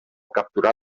capturar